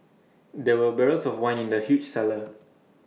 there were barrels of wine in the huge cellar